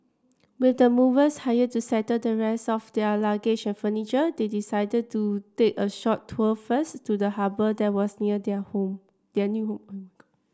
with the movers hired to settle the rest of their luggage and furniture they decided to take a short tour first to the harbour that was near their home their new home